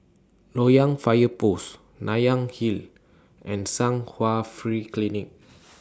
Loyang Fire Post Nanyang Hill and Chung Hwa Free Clinic